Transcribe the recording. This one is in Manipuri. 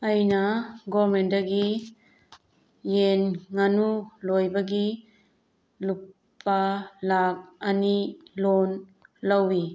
ꯑꯩꯅ ꯒꯚꯔꯟꯃꯦꯟꯗꯒꯤ ꯌꯦꯟ ꯉꯥꯅꯨ ꯂꯣꯏꯕꯒꯤ ꯂꯨꯄꯥ ꯂꯥꯈ ꯑꯅꯤ ꯂꯣꯟ ꯂꯧꯏ